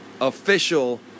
official